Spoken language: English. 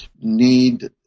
need